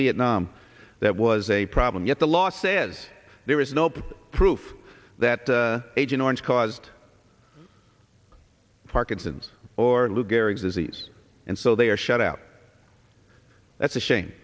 vietnam that was a problem yet the law says there is no proof that agent orange caused parkinson's or lou gehrig's disease and so they are shut out that's a shame